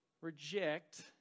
reject